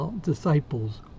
disciples